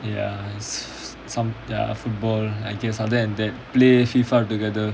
ya it's some ya football I guess other than that play FIFA together